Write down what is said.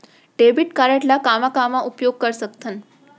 Debit card ला कामा कामा उपयोग कर सकथन?